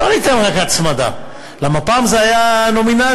לא ניתן רק הצמדה, כי פעם זה היה נומינלי.